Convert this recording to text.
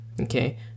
Okay